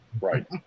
Right